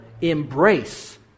embrace